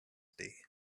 day